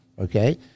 okay